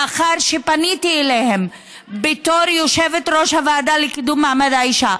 לאחר שפניתי אליהם בתור יושבת-ראש הוועדה לקידום מעמד האישה,